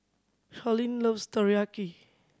Sharlene loves Teriyaki